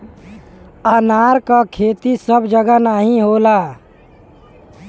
अनार क खेती सब जगह नाहीं होला